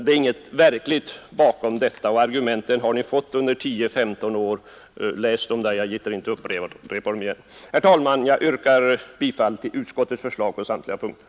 Det är inget verkligt motiv bakom detta förslag, och argumenten har ni redan fått under tio femton år. Läs dem; jag gitter inte upprepa dem, Herr talman! Jag yrkar bifall till utskottets hemställan på samtliga punkter.